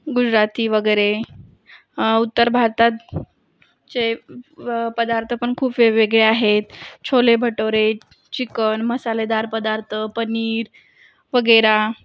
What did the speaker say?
गुजराती वगैरे उत्तर भारतात चे पदार्थ पण खूप वेगवेगळे आहेत छोले भटोरे चिकन मसालेदार पदार्थ पनीर वगैरे